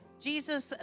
Jesus